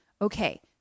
okay